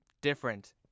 different